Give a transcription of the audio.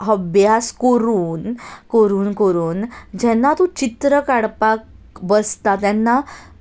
अभ्यास करून करून करून जेन्ना तूं चित्र काडपाक बसता तेन्ना